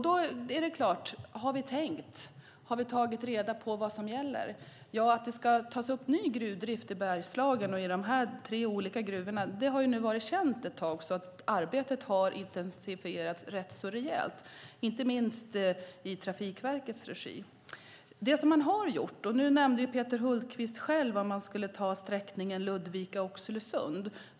Då är frågan: Har vi tagit reda på vad som gäller? Att man ska påbörja ny gruvdrift i Bergslagen och i dessa tre olika gruvor har varit känt ett tag, och arbetet har intensifierats rätt rejält, inte minst i Trafikverkets regi. Peter Hultqvist nämnde själv att man skulle ta sträckan Ludvika-Oxelösund.